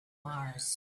mars